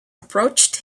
approached